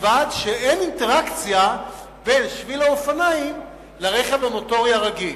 כשאין אינטראקציה בין שביל האופניים לרכב המוטורי הרגיל.